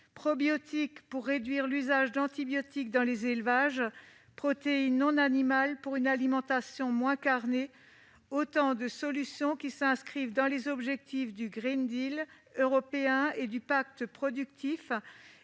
probiotiques pour réduire l'usage d'antibiotiques dans les élevages et les protéines non animales pour une alimentation moins carnée ; autant de solutions s'inscrivant dans les objectifs du européen et du pacte productif